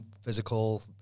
physical